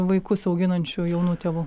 vaikus auginančių jaunų tėvų